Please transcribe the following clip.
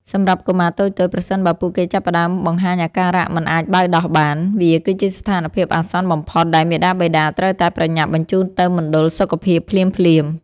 សម្រាប់កុមារតូចៗ ប្រសិនបើពួកគេចាប់ផ្តើមបង្ហាញអាការៈមិនអាចបៅដោះបាន វាគឺជាស្ថានភាពអាសន្នបំផុតដែលមាតាបិតាត្រូវតែប្រញាប់បញ្ជូនទៅមណ្ឌលសុខភាពភ្លាមៗ។